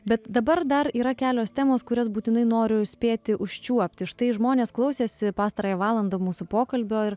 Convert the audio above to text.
bet dabar dar yra kelios temos kurias būtinai noriu spėti užčiuopti štai žmonės klausėsi pastarąją valandą mūsų pokalbio ir